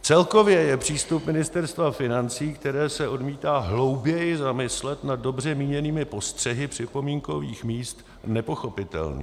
Celkově je přístup Ministerstva financí, které se odmítá hlouběji zamyslet nad dobře míněnými postřehy připomínkových míst, nepochopitelný.